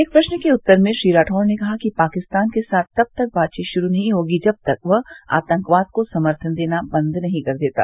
एक प्रश्न के उत्तर में श्री राठौड़ ने कहा कि पाकिस्तान के साथ तब तक बातचीत शुरू नहीं होगी जब तक वह आतंकवाद को समर्थन देना बंद नहीं कर देता